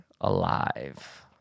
alive